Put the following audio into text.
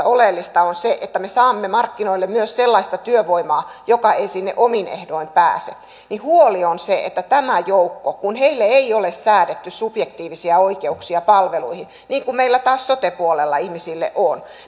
oleellista on se että me saamme markkinoille myös sellaista työvoimaa joka ei sinne omin ehdoin pääse niin huoli on se että tässä rahoitusmallissa tämä joukko kun heille ei ole säädetty subjektiivisia oikeuksia palveluihin niin kuin meillä taas sote puolella ihmisille on